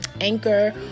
Anchor